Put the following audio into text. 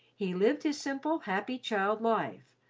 he lived his simple, happy, child life,